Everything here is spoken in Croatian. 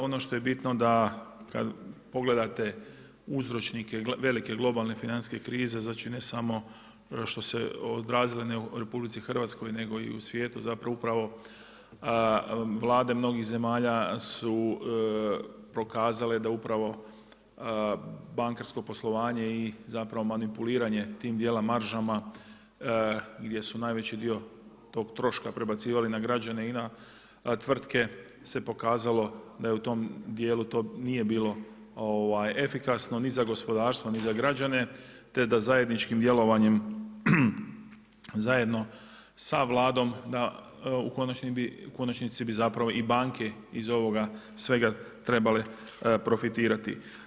Ono što je bitno da kad pogledate uzročnike velike globalne financijske krize znači ne samo što se odrazilo u RH nego i u svijetu, zapravo upravo Vlade mnogih zemalja su prokazale da upravo bankarsko poslovanje i zapravo manipuliranje tim dijela maržama gdje su najveći dio tog troška prebacivali na građane i na tvrtke se pokazalo da je u tom dijelu to nije bilo efikasno ni za gospodarstvo, ni za građane te da zajedničkim djelovanjem zajedno sa Vladom da u konačnici bi zapravo i banke iz ovoga svega trebale profitirati.